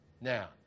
Now